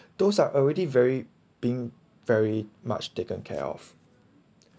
those are already very being very much taken care of